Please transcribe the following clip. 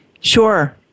Sure